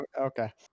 Okay